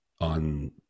on